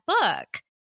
book